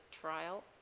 trial